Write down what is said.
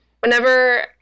Whenever